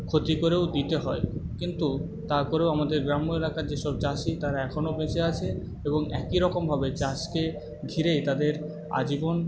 ক্ষতি করেও দিতে হয় কিন্তু তা করেও আমাদের গ্রাম্য এলাকার যেসব চাষি তারা এখনও বেঁচে আছে এবং একইরকমভাবে চাষকে ঘিরেই তাদের আজীবন